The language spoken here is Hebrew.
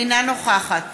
אינה נוכחת